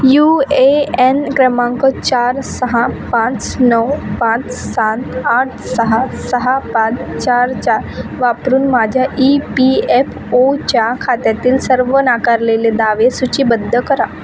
you A N क्रमांक चार सहा पाच नऊ पाच सात आठ सहा सहा पाच चार चार वापरून माझ्या ई पी एफ ओच्या खात्यातील सर्व नाकारलेले दावे सूचीबद्ध करा